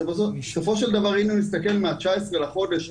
שבסופו של דבר אם אני מסתכל מה-19 לחודש,